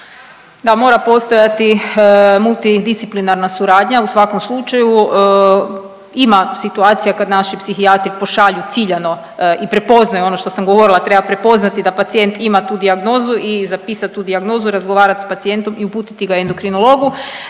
Da mora postojati multidisciplinarna suradnja u svakom slučaju. Ima situacija kad naši psihijatri pošalju ciljano i prepoznaju ono što sam govorila treba prepoznati da pacijent ima tu dijagnozu i zapisat tu dijagnozu i razgovarat s pacijentom i uputiti ga endokrinologu.